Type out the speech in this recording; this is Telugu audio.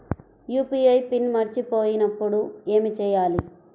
యూ.పీ.ఐ పిన్ మరచిపోయినప్పుడు ఏమి చేయాలి?